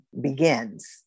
begins